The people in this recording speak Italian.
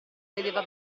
vedeva